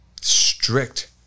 strict